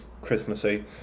Christmassy